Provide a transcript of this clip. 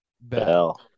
Bell